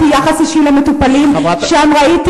שם ראיתי יחס אישי למטופלים, שם ראיתי